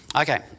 Okay